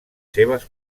seves